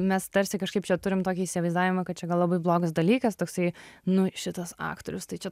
mes tarsi kažkaip čia turim tokį įsivaizdavimą kad čia gal labai blogas dalykas toksai nu šitas aktorius tai čia